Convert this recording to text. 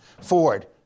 Ford